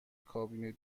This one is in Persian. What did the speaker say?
کابین